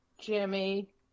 Jimmy